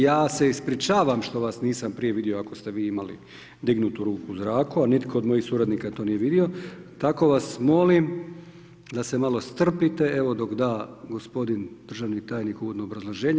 Ja se ispričavam što vas nisam prije vidio ako ste vi imali dignutu ruku u zraku, a nitko od mojih suradnika to nije vidio, tako vas molim da se malo strpite evo dok da gospodin državni tajnik uvodno obrazloženje.